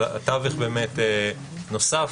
אבל התווך באמת נוסף.